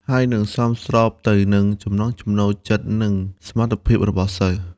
ហើយនិងសមស្របទៅនឹងចំណង់ចំណូលចិត្តនិងសមត្ថភាពរបស់សិស្ស។